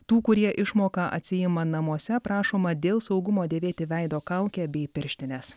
tų kurie išmoką atsiima namuose prašoma dėl saugumo dėvėti veido kaukę bei pirštines